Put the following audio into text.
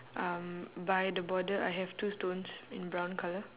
um by the border I have two stones in brown colour